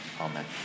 amen